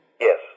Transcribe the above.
Yes